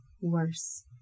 worse